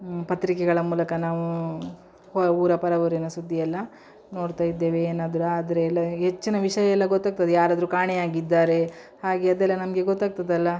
ಪತ್ರಿಕೆಗಳ ಮೂಲಕ ನಾವೂ ಹೊರ ಊರ ಪರವೂರಿನ ಸುದ್ದಿಯೆಲ್ಲ ನೋಡ್ತಾ ಇದ್ದೇವೆ ಏನಾದರೂ ಆದರೆ ಎಲ್ಲ ಹೆಚ್ಚಿನ ವಿಷಯ ಎಲ್ಲ ಗೊತ್ತಾಗ್ತದೆ ಯಾರಾದರು ಕಾಣೆಯಾಗಿದ್ದಾರೆ ಹಾಗೆ ಅದೆಲ್ಲ ನಮಗೆ ಗೊತ್ತಾಗ್ತದಲ್ಲ